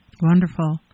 wonderful